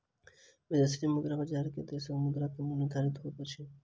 विदेशी मुद्रा बजार में देशक मुद्रा के मूल्य निर्धारित होइत अछि